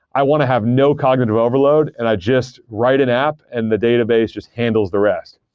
i want to have no cognitive overload, and i just write an app and the database just handles the rest.